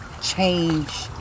change